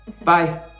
Bye